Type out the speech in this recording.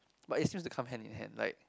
but it seems to come hand in hand like